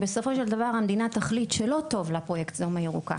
בסופו של דבר אם המדינה תחליט שלא טוב לה פה את סדום הירוקה,